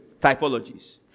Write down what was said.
Typologies